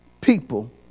people